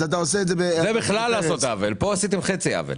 פה עשיתם חצי עוול.